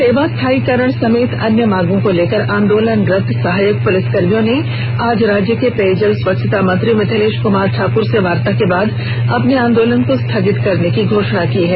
सेवा स्थायीकरण समेत अन्य मांगों को लेकर आंदोलनरत सहायक पुलिसकर्मियों ने आज राज्य के पेयजल स्वच्छता मंत्री मिथिलेश कुमार ठाकुर से वार्ता के बाद अपने आंदोलन को स्थगित करने की घोषणा की है